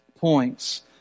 points